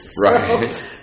Right